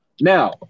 Now